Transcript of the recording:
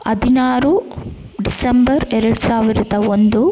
ಹದಿನಾರು ಡಿಸೆಂಬರ್ ಎರಡು ಸಾವಿರ್ದ ಒಂದು